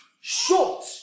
short